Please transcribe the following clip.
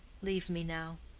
leave me now.